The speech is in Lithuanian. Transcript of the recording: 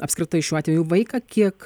apskritai šiuo atveju vaiką kiek